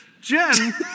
Jen